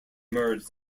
merged